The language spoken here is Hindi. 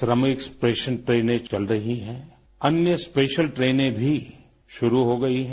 श्रमिक स्पेशल ट्रेनें चल रही हैं अन्य स्पेशल ट्रेनें भी शुरू हो गई हैं